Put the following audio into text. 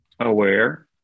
aware